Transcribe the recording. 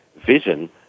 vision